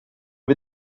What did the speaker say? wir